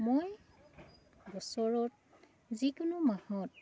মই বছৰত যিকোনো মাহত